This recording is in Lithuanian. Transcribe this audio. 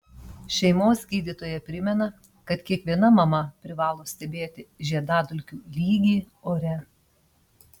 šeimos gydytoja primena kad kiekviena mama privalo stebėti žiedadulkių lygį ore